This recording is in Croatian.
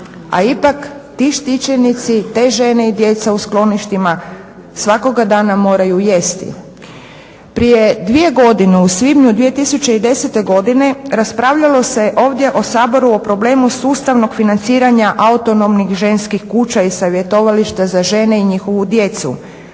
a ipak ti štićeni te žene i djeca u skloništima svakoga dana moraju jesti. Prije 2 godine u svibnju 2010. godine raspravljalo se ovdje u Saboru o problemu sustavnog financiranja autonomnih ženskih kuća i savjetovališta za žene i njihovu djecu,